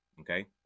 okay